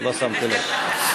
לא שמתי לב.